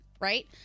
right